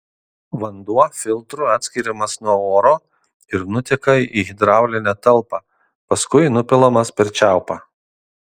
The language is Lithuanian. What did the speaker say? vanduo filtru atskiriamas nuo oro ir nuteka į hidraulinę talpą paskui nupilamas per čiaupą